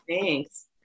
Thanks